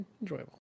enjoyable